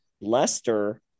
Leicester